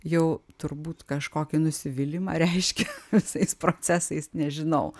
jau turbūt kažkokį nusivylimą reiškia visais procesais nežinau